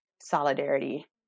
solidarity